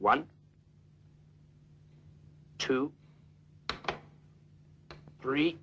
one two three